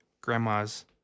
grandma's